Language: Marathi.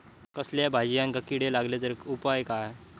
कसल्याय भाजायेंका किडे लागले तर उपाय काय?